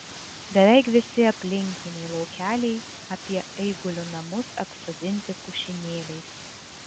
beveik visi aplinkiniai laukeliai apie eigulio namus apsodinti pušynėliais